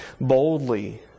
boldly